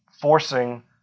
forcing